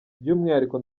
by’umwihariko